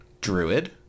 druid